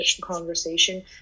conversation